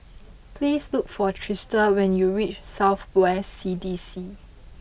please look for Trista when you reach South West C D C